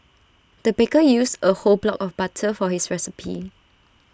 the baker used A whole block of butter for this recipe